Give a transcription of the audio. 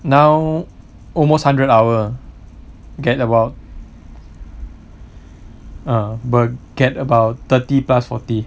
now almost hundred hour get about uh but get about thirty plus forty